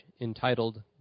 entitled